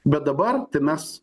bet dabar mes